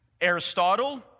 Aristotle